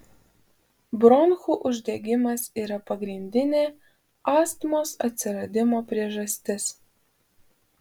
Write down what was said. bronchų uždegimas yra pagrindinė astmos atsiradimo priežastis